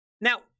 Now